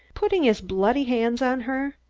putting his bloody hands on her!